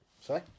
Sorry